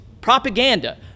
propaganda